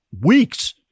weeks